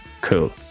Cool